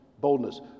boldness